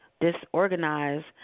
disorganized